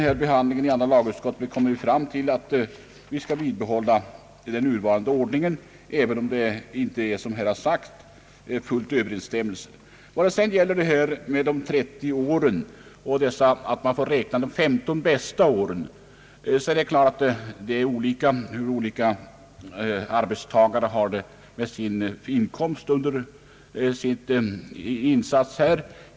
Vid behandlingen i andra lagutskottet kom vi fram till att den nuvarande ordningen skall bibehållas, även om det i vissa andra fall, såsom sagts, inte föreligger full överensstämmelse mellan förmåner och avgifter. Vad sedan gäller regeln att pensionen skall grundas på de bästa femton av de trettio åren så vill jag framhålla att inkomsten under förvärvsåren fördelar sig mellan de olika åren på skilda sätt för olika arbetstagare.